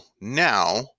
now